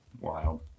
wild